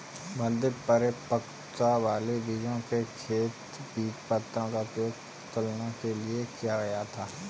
मध्य परिपक्वता वाले बीजों के खेत बीजपत्रों का उपयोग तुलना के लिए किया गया था